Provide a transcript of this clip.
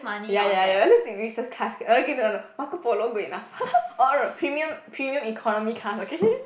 ya ya ya at least take business class okay no no no Marco Polo good enough or no no premium premium economy class okay